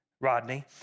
Rodney